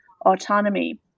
autonomy